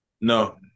No